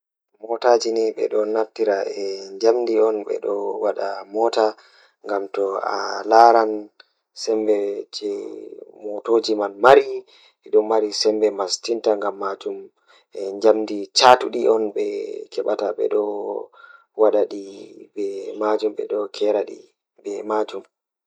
Ko njamaaji ɗe o waɗa waawde njoɓdi e hoore ngal miɗo njiddaade ko njamaaji rewɓe. Ko njoɓdi goɗɗo ɗum ko engine, ko rewɓe njiddaade njoɓdi faya, carbe e boɗɗum. E hoore njamaaji ngal, ko rewɓe njiddaade sago goɗɗo.